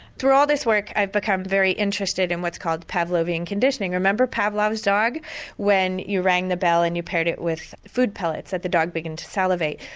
throughout all this work i've become very interested in what's called pavlovian conditioning, remember pavlov's dog when you rang the bell and you paired it with food pellets and the dog began to salivate.